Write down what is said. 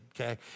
Okay